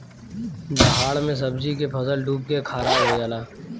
दहाड़ मे सब्जी के फसल डूब के खाराब हो जला